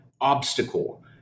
obstacle